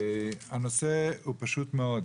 הנושא הוא פשוט מאוד,